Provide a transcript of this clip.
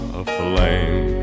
aflame